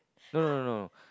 no no no